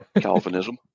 Calvinism